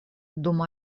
dum